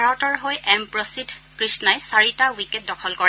ভাৰতৰ হৈ এম প্ৰসিদ্ধ কৃষ্ণাই চাৰিটা উইকেট দখল কৰে